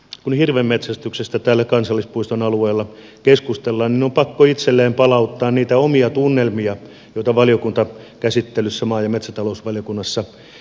kun hirvenmetsästyksestä tällä kansallispuiston alueella keskustellaan niin minun on pakko itselleni palauttaa niitä omia tunnelmia joita valiokuntakäsittelyssä maa ja metsätalousvaliokunnassa esille tuli